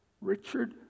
Richard